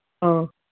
ꯑ